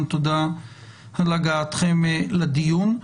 תודה על הגעתכם לדיון.